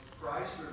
Christ